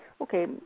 okay